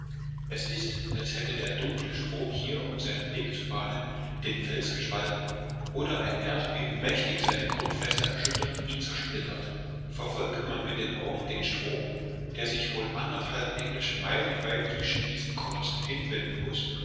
es ist als hätte der dunkle strom hier um seinen weg zu bahnen den fels gespalten oder ein erdbeben mächtig seine grundfeste erschütternd ihn zersplittert verfolgt man mit den augen den strom der sich wohl anderthalb englische meilen weit zwischen diesen kolossen hinwinden muß